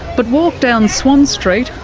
but walk down swan street,